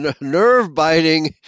nerve-biting